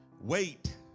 Wait